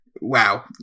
Wow